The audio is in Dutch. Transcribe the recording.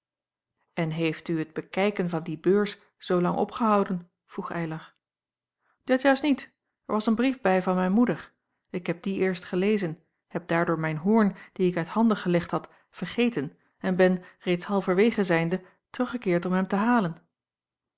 en heeft u het bekijken van die beurs zoo lang opgehouden vroeg eylar dat juist niet er was een brief bij van mijn moeder ik heb dien eerst gelezen heb daardoor mijn hoorn dien ik uit handen gelegd had vergeten en ben reeds halverwege zijnde teruggekeerd om hem te halen